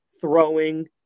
throwing